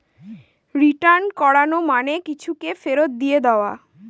return করানো মানে কিছুকে ফেরত দিয়ে দেওয়া